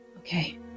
Okay